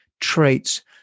traits